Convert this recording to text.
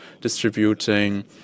distributing